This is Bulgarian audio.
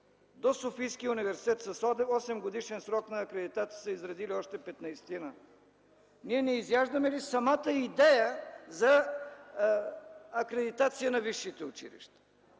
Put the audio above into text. до Софийския университет с осемгодишен срок на акредитация са се изредили още петнадесетина, ние не изяждаме ли самата идея за акредитация на висшите училища?